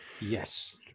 Yes